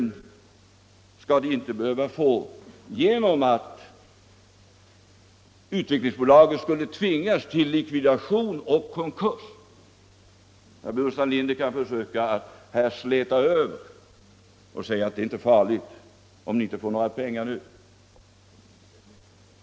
Men vi skall inte behöva få dem genom att Utvecklingsbolaget skulle tvingas till likvidation och konkurs. Herr Burenstam Linder kan försöka släta över och säga att det är inte farligt om ni inte får några pengar nu.